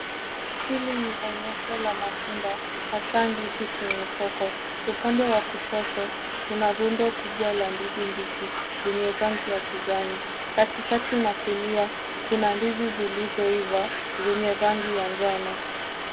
Hili ni onyesho la matunda, hasaa ndizi kwenye soko. Upande wa kushoto, kuna rundo kubwa la ndizi mbichi zenye rangi ya kijani. Katikati na kulia kuna ndizi zilizoiva zenye rangi ya njano.